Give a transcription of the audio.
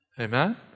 Amen